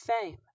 fame